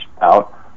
out